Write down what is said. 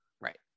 Right